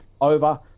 over